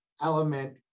element